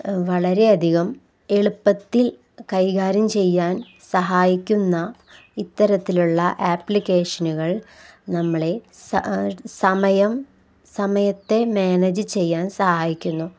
വളരെയധികം എളുപ്പത്തിൽ കൈകാര്യം ചെയ്യാൻ സഹായിക്കുന്ന ഇത്തരത്തിലുള്ള ആപ്ലിക്കേഷനുകൾ നമ്മളെ സമയം സമയത്തെ മാനേജ് ചെയ്യാൻ സഹായിക്കുന്നു